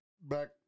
back